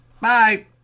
Bye